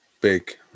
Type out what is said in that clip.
big